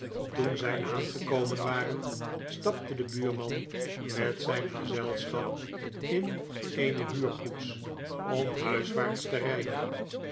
toen zij aangekomen waren stapte de buurman met zijn gezelschap in eene huurkoets om huiswaarts te rijden